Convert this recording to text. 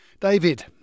David